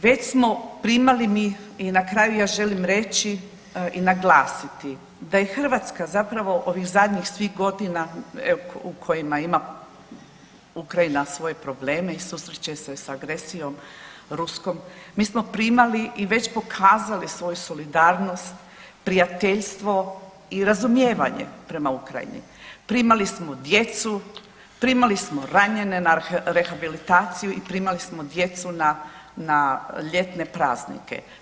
Već smo primali mi i na kraju želim reći i naglasiti da je Hrvatska zapravo ovih zadnjih svih godina u kojima ima Ukrajina svoje probleme i susreće se s agresijom ruskom, mi smo primali i već pokazali svoju solidarnost, prijateljstvo i razumijevanje prema Ukrajini, primali smo djecu, primali smo ranjene na rehabilitaciju i primali smo djecu na ljetne praznike.